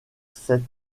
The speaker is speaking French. cet